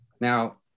now